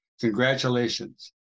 Congratulations